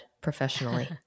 professionally